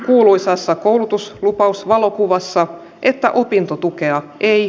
kuuluisassa koulutus lupaus valokuvassa että opintotukea ei